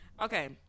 okay